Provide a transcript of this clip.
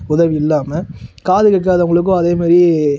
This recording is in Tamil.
உதவி இல்லாமல் காது கேட்காதவங்களுக்கும் அதே மாதிரி